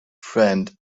friend